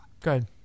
good